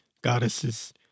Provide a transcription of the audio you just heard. goddesses